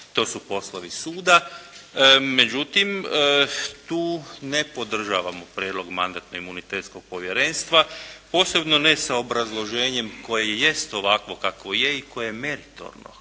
to su poslovi suda. Međutim, tu ne podržavamo prijedlog Mandatno-imunitetnog povjerenstva posebno ne sa obrazloženjem koje jest ovakvo kakvo je i koje je meritorno,